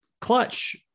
Clutch